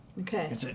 Okay